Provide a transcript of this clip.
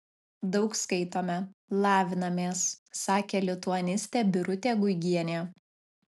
daug skaitome lavinamės sakė lituanistė birutė guigienė